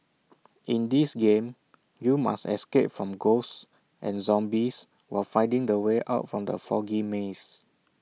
in this game you must escape from ghosts and zombies while finding the way out from the foggy maze